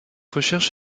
recherche